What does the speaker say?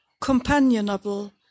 companionable